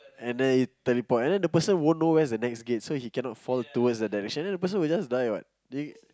and then you teleport and then the person won't know where's the next gate so he cannot fall towards the dimension and then the person will just die what you